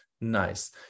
nice